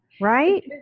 right